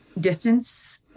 distance